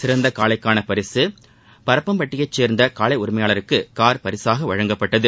சிறந்த காளைக்கான பரிசு பரம்பப்பட்டியைச் சேர்ந்த காளை உரிமையாளருக்கு கார் பரிசாக வழங்கப்பட்டது